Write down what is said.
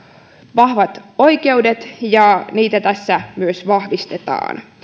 vahvat oikeudet ja niitä tässä myös vahvistetaan